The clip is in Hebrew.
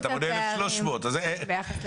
אתה בונה 1,300. הצגנו את הפערים.